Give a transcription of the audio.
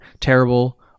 terrible